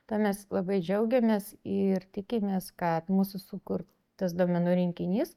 tuo mes labai džiaugiamės ir tikimės kad mūsų sukurtas duomenų rinkinys